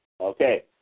Okay